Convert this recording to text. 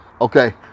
Okay